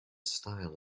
style